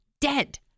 dead